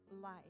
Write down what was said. life